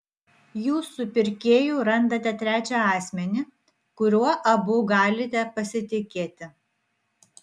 jūs su pirkėju randate trečią asmenį kuriuo abu galite pasitikėti